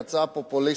בהצעה פופוליסטית,